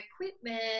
equipment